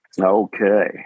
Okay